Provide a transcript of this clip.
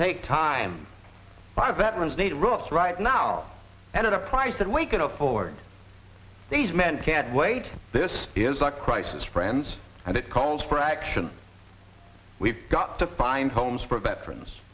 take time that runs need russ right now and at a price that we can afford these men can't wait this is a crisis friends and it calls for action we've got to find homes for veterans